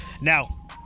Now